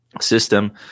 System